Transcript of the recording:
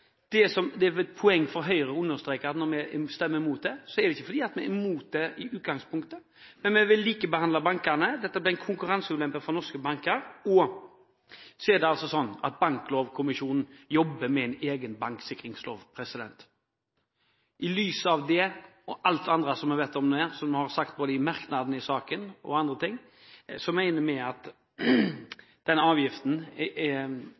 i Norden. Det er et poeng for Høyre å understreke at når vi stemmer mot det, er det ikke fordi vi er imot det i utgangspunktet, men vi vil likebehandle bankene. Dette blir en konkurranseulempe for norske banker. Banklovkommisjonen jobber med en egen banksikringslov. I lys av det og alt det andre vi har sagt i merknadene i saken og annet, mener vi at